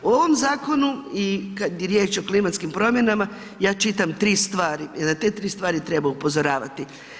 U ovom zakonu i kad je riječ o klimatskim promjenama, ja čitam 3 stvari, te 3 stvari treba upozoravati.